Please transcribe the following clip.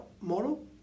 model